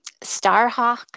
Starhawk